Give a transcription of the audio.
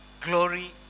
glory